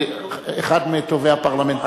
אחד מטובי הפרלמנטרים,